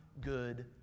good